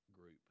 group